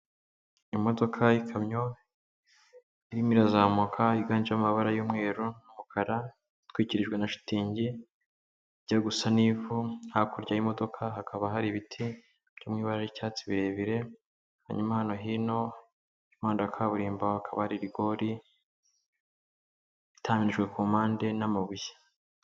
Imodoka y'ikamyo irimo irazamuka yiganjemo amabara y'umweru n'umukara, itwikirijwe na shitingi ijya gusa n'ivu, hakurya y'imodoka hakaba hari ibiti biri mu ibara ry'icyatsi birebire hanyuma hano hino y'umuhanda wa kaburimbo hakaba hari rigori itamijwe ku mpande n'amabuye.